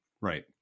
Right